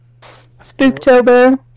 Spooktober